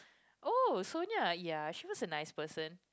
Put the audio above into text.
oh Sonia ya she was a nice person